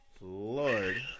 lord